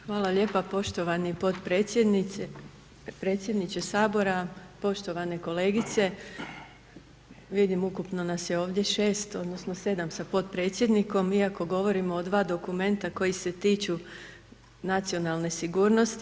Hvala lijepa poštovani potpredsjedniče Sabora, poštovane kolegice, vidim ukupno nas je ovdje 6, odnosno 7 sa potpredsjednikom iako govorimo o dva dokumenta koji se tiču nacionalne sigurnosti.